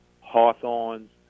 hawthorns